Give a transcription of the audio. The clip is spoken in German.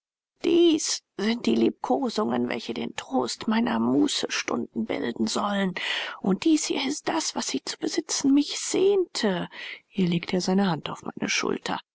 dies sind die liebkosungen welche den trost meiner mußestunden bilden sollen und dies hier ist das was ich zu besitzen mich sehnte hier legte er seine hand auf meine schulter